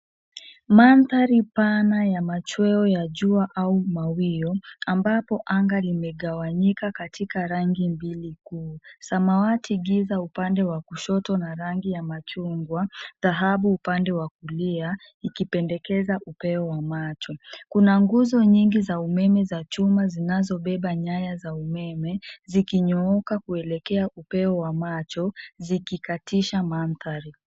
Mandhari pana ya machweo ya jua au mawio ambapo anga limegawanyika katika rangi mbili kuu; samawati giza upande wa kushoto na rangi ya machungwa-dhahabu upande wa kulia ikipendekeza upeo wa macho. Kuna nguzo nyingi za umeme za chuma zinazobeba nyaya za umeme zikinyooka kuelekea upeo wa macho zikikatisha mandhari.